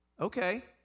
Okay